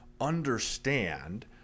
understand